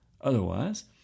otherwise